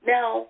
Now